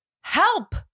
help